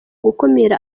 gukumira